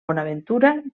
bonaventura